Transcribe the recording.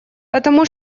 потому